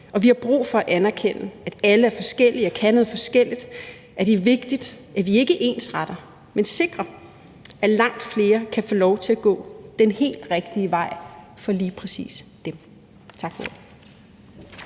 vi har brug for at anerkende, at alle er forskellige og kan noget forskelligt, at det er vigtigt, at vi ikke ensretter, men sikrer, at langt flere kan få lov til at gå den helt rigtige vej for lige præcis dem. Tak for